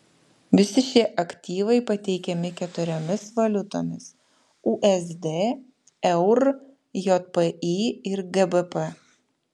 visi šie aktyvai pateikiami keturiomis valiutomis usd eur jpy ir gbp